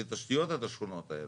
לתשתיות את השכונות האלה.